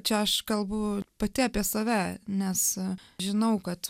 čia aš kalbu pati apie save nes žinau kad